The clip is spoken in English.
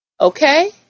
Okay